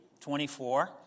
24